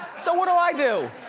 so what do i do?